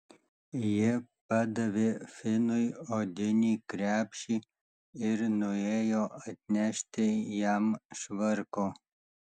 ji padavė finui odinį krepšį ir nuėjo atnešti jam švarko